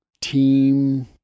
team